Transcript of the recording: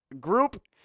group